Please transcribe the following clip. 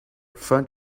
font